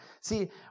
See